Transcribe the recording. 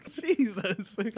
Jesus